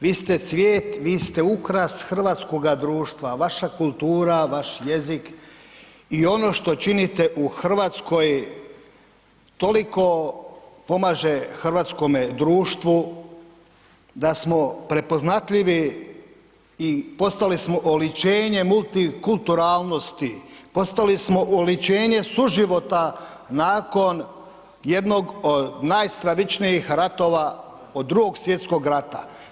Vi ste cvijet, vi ste ukras hrvatskoga društva, vaša kultura, vaš jezik, i ono što činite u Hrvatskoj toliko pomaže hrvatskome društvu da smo prepoznatljivi i postali smo oličenje multikulturalnosti, postali smo oličenje suživota nakon jednog od najstravičnijih ratova od II. svj. rata.